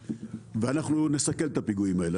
ואנחנו נסכל את הפיגועים האלה,